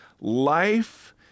life